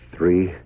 Three